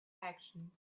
actions